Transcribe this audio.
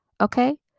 Okay